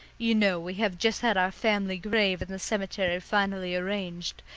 you know we have just had our family grave in the cemetery finally arranged,